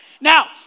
Now